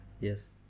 yes